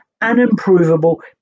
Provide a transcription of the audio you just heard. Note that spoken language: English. unimprovable